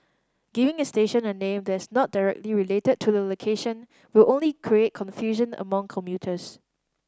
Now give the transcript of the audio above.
giving a station a name that is not directly related to the location will only create confusion among commuters